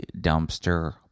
Dumpster